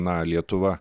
na lietuva